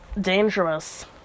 dangerous